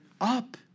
Up